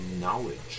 knowledge